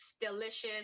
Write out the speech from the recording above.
delicious